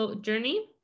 journey